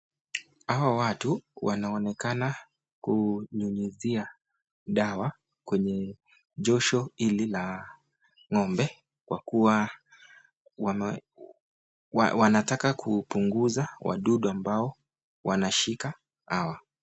Hawa watu wanaonekana kunyunyizia dawa kwenye josho hili la ngombe, kwa kuwa wanataka kupunguza wadudu ambao wanashika hawa.